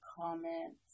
comments